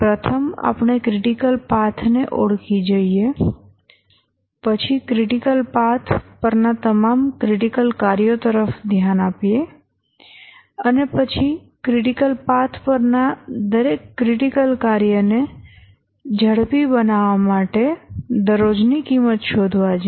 પ્રથમ આપણે critical path ને ઓળખી જઈએ પછી ક્રિટિકલ પાથ પરના તમામ ક્રિટિકલ કાર્યો તરફ ધ્યાન આપીએ અને પછી ક્રિટિકલ પાથ પર ના દરેક ક્રિટિકલ કાર્યને ઝડપી બનાવવા માટે દરરોજની કિંમત શોધવા જોઈએ